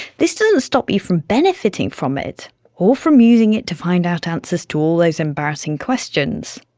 this doesn't stop you from benefitting from it or from using it to find out answers to all those embarrassing questions.